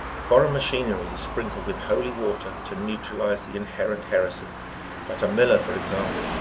foreign machinery is sprinkled with holy water to neutralize the inherent heresy but a miller, for example,